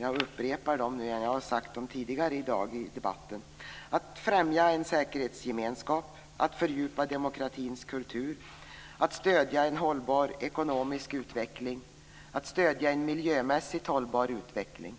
Jag har i debatten tidigare i dag nämnt målen men upprepar dem: · att främja en säkerhetsgemenskap, · att fördjupa demokratins kultur, · att stödja en hållbar ekonomisk utveckling och · att stödja en miljömässigt hållbar utveckling,